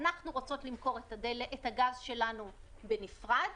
אנחנו רוצות למכור את הגז שלנו בנפרד